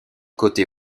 côté